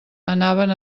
anaven